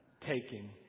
taking